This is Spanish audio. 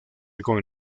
con